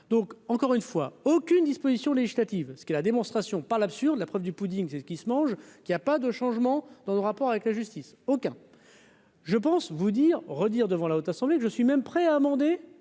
donc encore une fois aucune disposition législative, ce qui est la démonstration par l'absurde la preuve du pudding, c'est ce qui se mange qu'a pas de changement dans nos rapports avec la justice, aucun. Je pense vous dire, redire devant la Haute Assemblée, je suis même prêt à amender